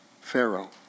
Pharaoh